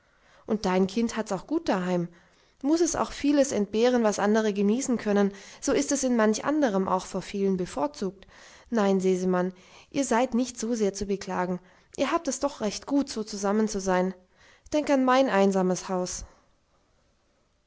und dein kind hat's auch gut daheim muß es auch vieles entbehren was andere genießen können so ist es in manch anderem auch vor vielen bevorzugt nein sesemann ihr seid nicht so sehr zu beklagen ihr habt es doch recht gut so zusammenzusein denk an mein einsames haus